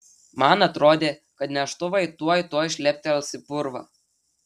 man atrodė kad neštuvai tuoj tuoj šleptels į purvą